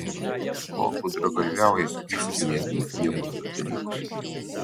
tai ko gudragalviaujame išradinėdami nebūtus dalykus